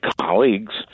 colleagues